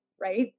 right